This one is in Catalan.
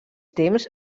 temps